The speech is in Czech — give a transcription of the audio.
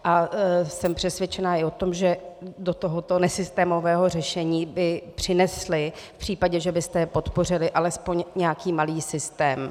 A jsem přesvědčena i o tom, že do tohoto nesystémového řešení by přinesly v případě, že byste je podpořili, alespoň nějaký malý systém.